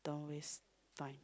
don't waste time